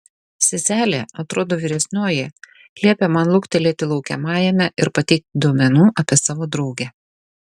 seselė atrodo vyresnioji liepė man luktelėti laukiamajame ir pateikti duomenų apie savo draugę